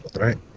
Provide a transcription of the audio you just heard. Right